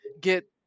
get